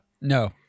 No